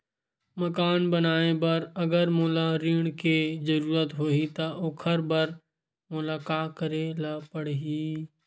मकान बनाये बर अगर मोला ऋण के जरूरत होही त ओखर बर मोला का करे ल पड़हि?